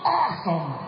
awesome